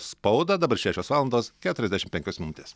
spaudą dabar šešios valandos keturiasdešim penkios minutės